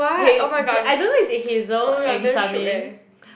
hey Jack I don't know is it Hazel and Charmaine